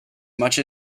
much